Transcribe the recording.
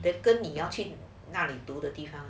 then 跟你要去哪里读的地方